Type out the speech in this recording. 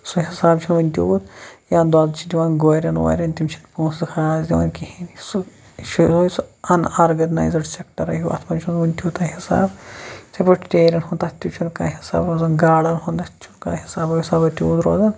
سُہ حِساب چھُنہٕ ؤنہِ تیوٗت یا دۄد چھِ دِوان گورین وورین تِم چھِ نہٕ پونسہٕ خاص دِوان کِہینۍ سُہ چھُ اَن اورگٔنایزٕڈ سیکٹر ہیوٗ اَتھ منٛز چھُ نہٕ وُنہِ تیوٗتاہ حِساب یِتھٕے پٲٹھۍ تیٖرن ہُند تَتھ تہِ چھُ نہٕ کانہہ حِساب روزان گاڑَن ہُند چھُنہٕ کانٛہہ حِسابا وَسابا تیوٗت روزان